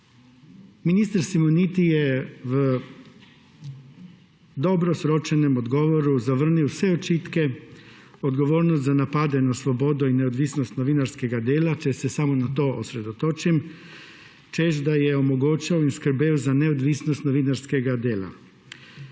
Minister Simoniti je v odgovoru zavrnil vse očitke, odgovornost za napade na svobodo in neodvisnost novinarskega dela, če se samo na to osredotočim, češ da je omogočal in skrbel za neodvisnost novinarskega dela.